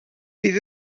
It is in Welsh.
fydd